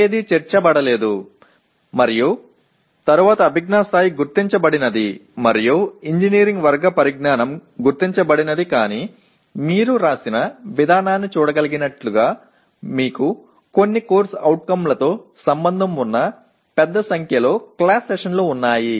మరేదీ చేర్చబడలేదు మరియు తరువాత అభిజ్ఞా స్థాయి గుర్తించబడినది మరియు ఇంజనీరింగ్ వర్గ పరిజ్ఞానం గుర్తించబడినది కాని మీరు వ్రాసిన విధానాన్ని చూడగలిగినట్లుగా మీకు కొన్ని CO లతో సంబంధం ఉన్న పెద్ద సంఖ్యలో క్లాస్ సెషన్లు ఉన్నాయి